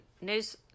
news